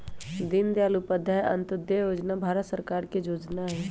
दीनदयाल उपाध्याय अंत्योदय जोजना भारत सरकार के जोजना हइ